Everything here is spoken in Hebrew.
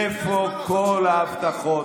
איפה כל ההבטחות?